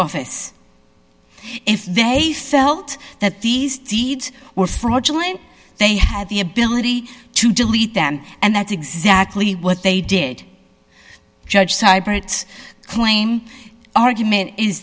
office if they felt that these deeds were fraudulent they had the ability to delete them and that's exactly what they did judge cyber its claim argument is